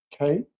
okay